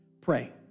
pray